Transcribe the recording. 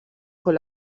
con